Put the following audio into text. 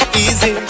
easy